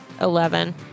Eleven